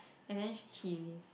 and then he